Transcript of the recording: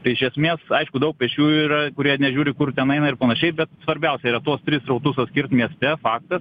tai iš esmės aišku daug pėsčiųjų yra kurie nežiūri kur ten eina ir panašiai bet svarbiausia yra tuos tris srautus atskirt mieste faktas